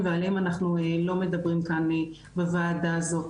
ועליהם אנחנו לא מדברים כאן בוועדה הזאת,